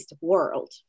world